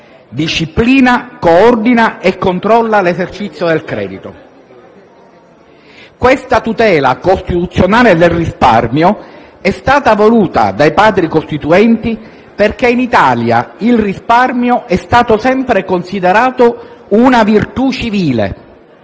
disciplina, coordina e controlla l'esercizio del credito». Questa tutela costituzionale del risparmio è stata voluta dai Padri costituenti perché in Italia il risparmio è stato sempre considerato una virtù civile.